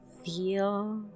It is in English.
Feel